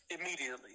Immediately